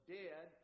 dead